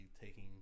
taking